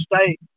state